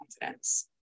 confidence